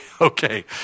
okay